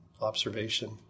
observation